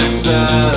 sun